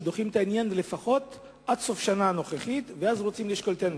שדוחים את העניין לפחות עד סוף השנה הנוכחית ואז רוצים לשקול את העניין,